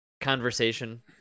conversation